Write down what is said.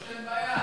בעיה.